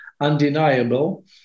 undeniable